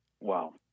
Wow